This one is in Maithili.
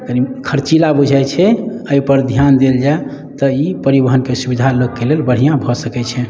कनी खर्चीला बुझाइ छै एहि पर ध्यान देल जाय तऽ ई परिवहन के सुविधा लोक के लेल बढ़िऑं भऽ सकै छै